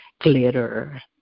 glitter